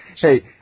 Hey